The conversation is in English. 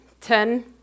ten